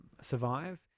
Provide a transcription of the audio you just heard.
survive